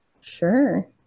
Sure